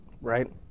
right